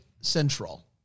central